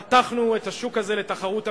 פתחנו את השוק הזה לתחרות אמיתית,